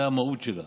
זה המהות שלה